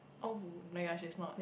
oh no ya she's not